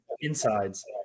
insides